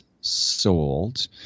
sold